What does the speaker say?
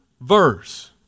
verse